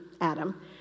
Adam